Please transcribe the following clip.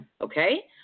okay